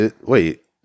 Wait